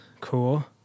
cool